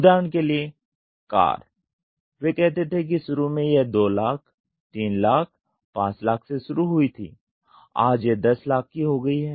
उदाहरण के लिए कार वे कहते थे कि शुरू में यह 2 लाख 3 लाख 5 लाख से शुरू हुई थी आज यह 10 लाख की हो गयी है